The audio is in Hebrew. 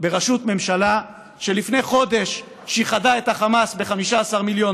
בראשות ממשלה שלפני חודש שיחדה את החמאס ב-15 מיליון